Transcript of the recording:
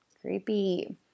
Creepy